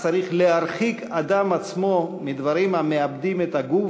צריך להרחיק אדם עצמו מדברים המאבדים את הגוף